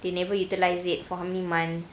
they never utilise it for how many months